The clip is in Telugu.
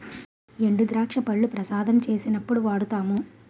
ఎండుద్రాక్ష పళ్లు ప్రసాదం చేసినప్పుడు వాడుతాము